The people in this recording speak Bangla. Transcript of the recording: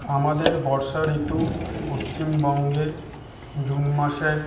আমাদের বর্ষা ঋতু পশ্চিমবঙ্গে জুন মাসের